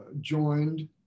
joined